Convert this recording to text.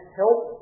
help